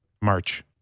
March